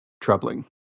troubling